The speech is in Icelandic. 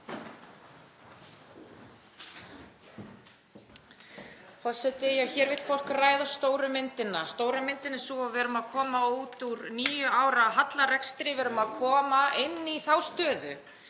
Forseti. Hér vill fólk ræða stóru myndina. Stóra myndin er sú að við erum að koma út úr níu ára hallarekstri. Við erum að koma inn í þá stöðu